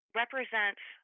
represents